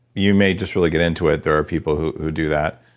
you may just really get into it there are people who who do that.